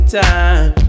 time